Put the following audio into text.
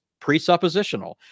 presuppositional